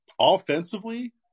Offensively